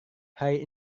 hari